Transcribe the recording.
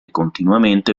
continuamente